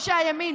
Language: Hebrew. אנשי הימין,